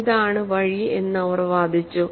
ഇതാണ് വഴി എന്ന് അവർ വാദിച്ചു